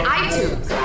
iTunes